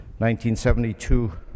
1972